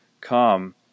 come